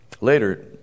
Later